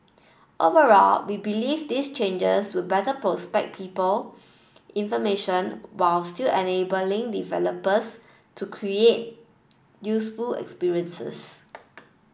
overall we believe these changes will better prospect people information while still enabling developers to create useful experiences